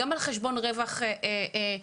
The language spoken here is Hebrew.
גם על חשבון רווח עכשיו.